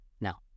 Now